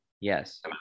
Yes